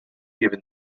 given